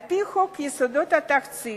על-פי חוק יסודות התקציב,